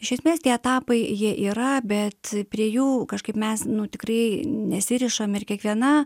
iš esmės tie etapai jie yra bet prie jų kažkaip mes nu tikrai nesirišam ir kiekviena